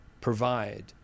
provide